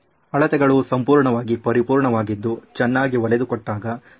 ಅಳತೆಗಳು ಸಂಪೂರ್ಣವಾಗಿ ಪರಿಪೂರ್ಣವಾಗಿದ್ದು ಚೆನ್ನಾಗಿ ಹೊಲೆದುಕೊಟ್ಟಾಗ ಶ್ರೀ